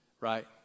Right